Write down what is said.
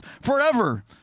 forever